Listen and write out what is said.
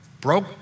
broke